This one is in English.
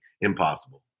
Impossible